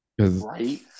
Right